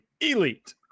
Elite